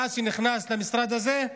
מאז שנכנס למשרד הזה,